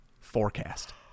forecast